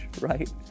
right